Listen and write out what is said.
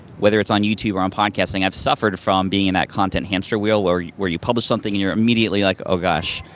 whether it's on youtube or on podcasting, i've suffered from being in that content hamster wheel where you publish something, and you're immediately like, oh gosh,